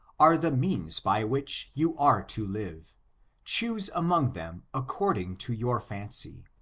are the means by which you are to live choose among them according to your fancy.